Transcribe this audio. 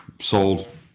Sold